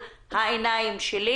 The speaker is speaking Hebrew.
בסיכון וגם לאוכלוסייה הערבית יש דבר כזה.